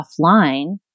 offline